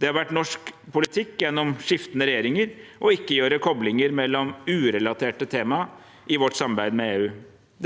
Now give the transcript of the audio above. Det har vært norsk politikk gjennom skiftende regjeringer å ikke gjøre koblinger mellom urelaterte tema i vårt samarbeid med EU.